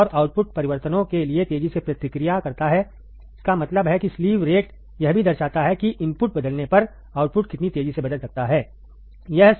और आउटपुट परिवर्तनों के लिए तेजी से प्रतिक्रिया करता है इसका मतलब है कि स्लीव रेट यह भी दर्शाता है कि इनपुट बदलने पर आउटपुट कितनी तेजी से बदल सकता है